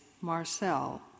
Marcel